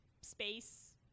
space